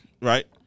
right